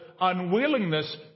unwillingness